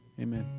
Amen